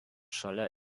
šalia